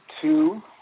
two